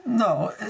No